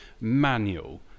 manual